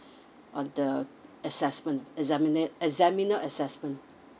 on the assessment exami~ examiner assessment